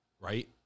right